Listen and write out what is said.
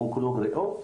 אונקולוג ריאות,